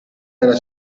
nella